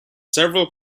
several